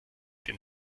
den